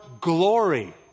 glory